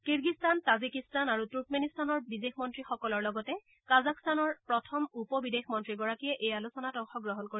Kyrgyzstan Tajikistan আৰু তূৰ্কমেনিস্তানৰ বিদেশ মন্ত্ৰীসকলৰ লগতে কাজাখস্তানৰ প্ৰথম উপ বিদেশ মন্ত্ৰীগৰাকীয়ে এই আলোচনাত অংশগ্ৰহণ কৰিব